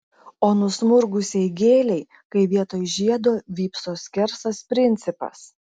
o nusmurgusiai gėlei kai vietoj žiedo vypso skersas principas